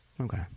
Okay